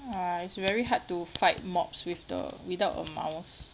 !wah! it's very hard to fight mobs with the without a mouse